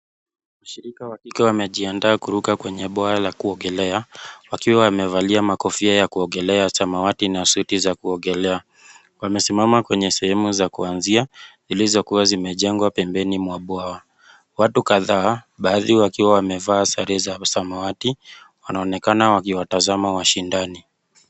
Ushirika wa kike wamejiandaa kuruka kwenye bwawa wa kuogelea wakiwa wamevalia makofia ya kuogelea za samawati na suti za kuogelea wamesimama kwenye sehemu za kuanzia ilizokua zimejengwa pempeni mwa bwawa. Watu kadhaa baadhi wakiwa wamevaa sare za samawati wanaonekana wakiwatazama washindani.